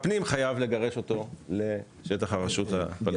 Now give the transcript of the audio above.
הפנים חייב לגרש אותו לשטח הרשות הפלסטינית.